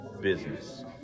business